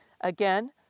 Again